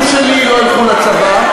שהילדים שלי לא ילכו לצבא,